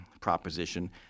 proposition